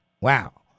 Wow